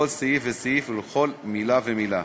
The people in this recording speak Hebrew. לכל סעיף וסעיף ולכל מילה ומילה,